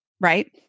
Right